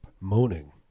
Moaning